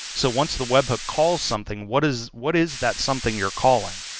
so once the webhook calls something, what is what is that something you're calling?